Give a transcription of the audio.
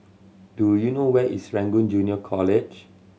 do you know where is Serangoon Junior College